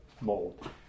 mold